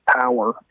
power